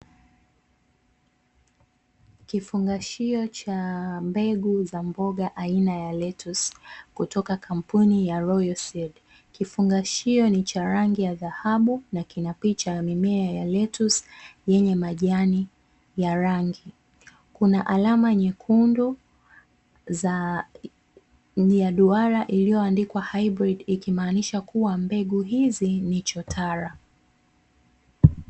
Kifungashio cha mbegu za mboga aina ya (lettuce) kutoka kampuni ya (royal seed). Kifungashio ni cha rangi ya dhahabu na kina picha ya mimea ya (lettuce) yenye majani ya rangi. Kuna alama nyekundu ya duara iliyoandikwa "hybrid", ikimaanisha kuwa mbegu hizi ni chotara.